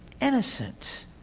innocent